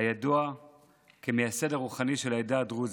הידוע כמייסד הרוחני של העדה הדרוזית,